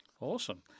Awesome